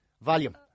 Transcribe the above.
volume